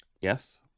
Yes